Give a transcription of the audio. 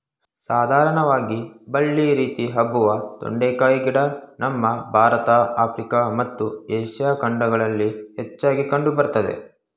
ಸಾಧಾರಣವಾಗಿ ಬಳ್ಳಿ ರೀತಿ ಹಬ್ಬುವ ತೊಂಡೆಕಾಯಿ ಗಿಡ ನಮ್ಮ ಭಾರತ ಆಫ್ರಿಕಾ ಮತ್ತು ಏಷ್ಯಾ ಖಂಡಗಳಲ್ಲಿ ಹೆಚ್ಚಾಗಿ ಕಂಡು ಬರ್ತದೆ